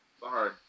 Sorry